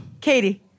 Katie